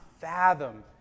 fathom